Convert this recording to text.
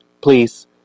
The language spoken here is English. Please